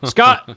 Scott